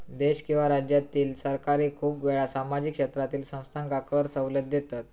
देश किंवा राज्यातील सरकार खूप वेळा सामाजिक क्षेत्रातील संस्थांका कर सवलत देतत